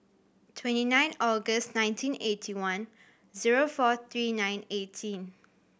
twenty nine August nineteen eighty one zero four three nine eighteen